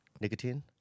Nicotine